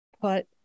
put